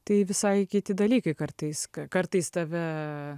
tai visai kiti dalykai kartais kartais tave